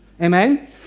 Amen